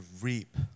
reap